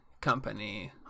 company